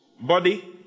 body